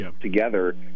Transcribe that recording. together